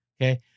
Okay